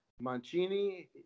Mancini